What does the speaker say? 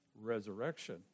resurrection